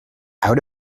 out